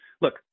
look